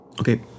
Okay